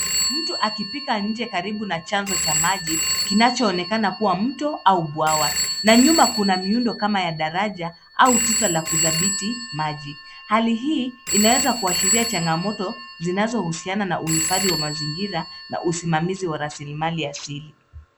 Mtu akipika nje karibu na chanzo cha maji kinachoonekana kuwa mto au bwawa na nyuma kuna miundo kama daraja au tuta la kudhabiti maji. Hali hii inaweza kuashiria changamoto zinazo husiana na uhifadhi wa mazingira na usimamizi wa raslimali asili.